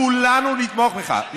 כולנו נתמוך בך.